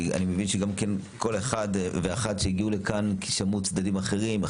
אני גם מבין שכל אחד ואחת הגיעו לכאן כי שמעו צדדים אחרים: